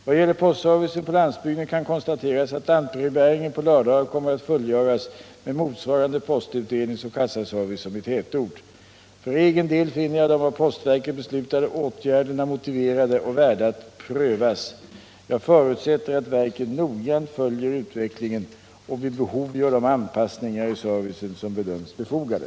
Vad gäller postservicen på landsbygden kan konstateras att lantbrevbäringen på lördagar kommer att fullgöras med motsvarande postutdelningsoch kassaservice som i tätort. För egen del finner jag de av postverket beslutade åtgärderna motiverade och värda att prövas. Jag förutsätter att verket noggrant följer utvecklingen och vid behov gör de anpassningar i servicen som bedöms befogade.